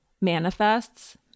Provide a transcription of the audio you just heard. manifests